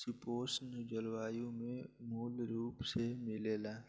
शीतोष्ण जलवायु में मूल रूप से मिलेला